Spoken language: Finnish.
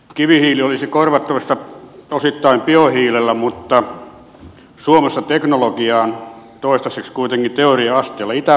kivihiili olisi korvattavissa osittain biohiilellä mutta suomessa teknologia on toistaiseksi kuitenkin teoria asteella